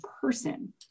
person